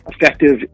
effective